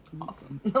awesome